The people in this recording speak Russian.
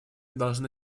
должны